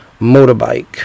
motorbike